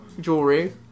jewelry